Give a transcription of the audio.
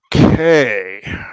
Okay